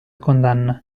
condanna